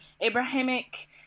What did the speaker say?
Abrahamic